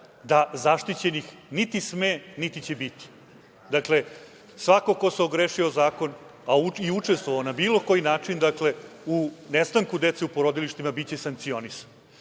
da zaštićenih niti sme, niti će biti. Svako ko se ogrešio o zakon i učestvovao na bilo koji način u nestanku dece u porodilištima biće sankcionisan. Što